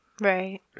Right